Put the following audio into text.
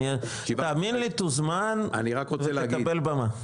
תאמין לי תוזמן ותקבל במה.